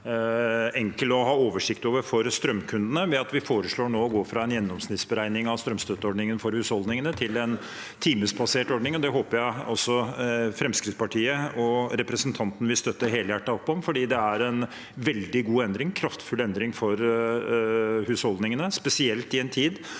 enda enklere å ha oversikt over for strømkundene ved at vi nå foreslår å gå fra en gjennomsnittsberegning av strømstøtteordningen for husholdningene til en timebasert ordning. Det håper jeg også Fremskrittspartiet og representanten vil støtte helhjertet opp om, for det er en veldig god og kraftfull endring for husholdningene, spesielt i en tid